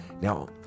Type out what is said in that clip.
Now